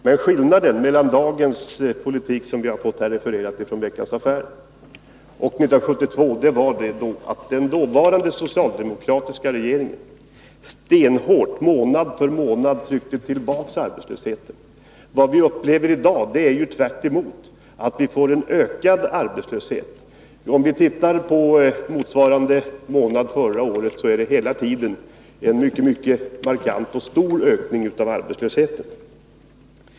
Men skillnaden mellan dagens politik, som vi har fått refererad från Veckans Affärer, och politiken 1972 är att den dåvarande socialdemokratiska regeringen stenhårt, månad för månad, tryckte tillbaka arbetslösheten. Vad vi upplever i dag är ju tvärtom att vi får en ökad arbetslöshet. Om vi ser på motsvarande månad förra året, så finner vi att det har blivit en mycket stor ökning av arbetslösheten.